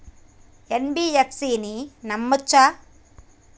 NBFC ని నమ్మచ్చా?